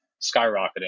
skyrocketing